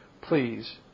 please